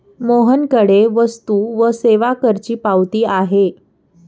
मोहनकडे वस्तू व सेवा करची पावती आहे